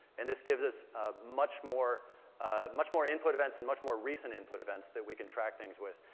and this gives us much more much more input events and much more recent input events that we can track things with.